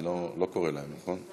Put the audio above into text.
אני לא קורא להם, נכון?